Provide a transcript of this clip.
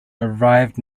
arrived